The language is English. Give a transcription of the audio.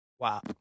Wow